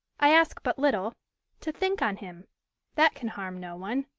i ask but little to think on him that can harm no one.